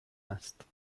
است